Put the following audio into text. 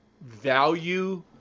value